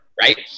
right